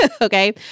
Okay